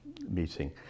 meeting